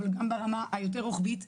אבל גם ברמה היותר רוחבית,